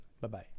Bye-bye